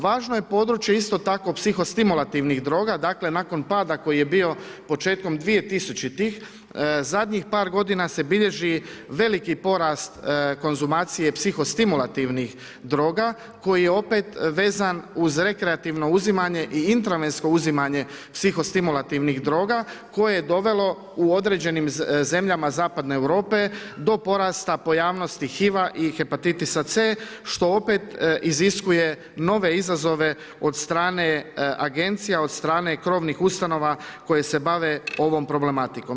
Važno je područje isto tako psiho stimulativnih droga, dakle nakon pada koji je bio početkom 2000.-ih, zadnji par godina se bilježi veliki porast konzumacije psiho stimulativnih droga koji je opet vezan uz rekreativno uzimanje i intravensko uzimanje psiho stimulativnih droga koje je dovelo u određenim zemljama Zapadne Europe do porasta pojavnosti HIV-a i Hepatitisa C što opet iziskuje nove izazove od strane agencija od strane krovnih ustanova koje se bave ovom problematikom.